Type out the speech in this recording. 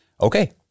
Okay